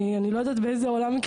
אני לא יודעת באיזה עולם,